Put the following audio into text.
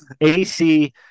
AC